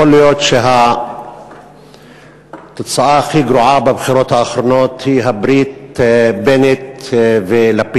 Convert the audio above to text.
יכול להיות שהתוצאה הכי גרועה בבחירות האחרונות היא הברית בנט ולפיד.